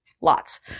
Lots